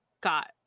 got